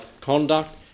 conduct